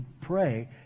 pray